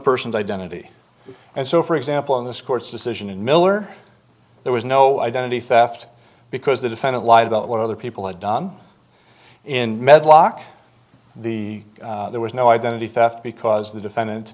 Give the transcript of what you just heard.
person's identity and so for example in this court's decision in miller there was no identity theft because the defendant lied about what other people had done in med lock the there was no identity theft because the defendant